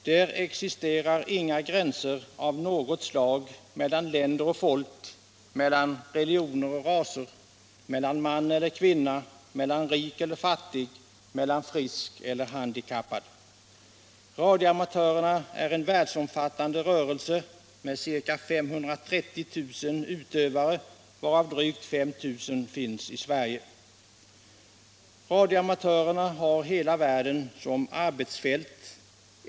Där existerar inga gränser av något slag mellan länder och folk, religioner och raser, man eller kvinna, rik eller fattig, frisk eller handikappad. Radioamatörerna bildar en världsomfattande rörelse med ca 530 000 utövare, varav drygt 5 000 i Sverige. De har hela världen som arbetsfält.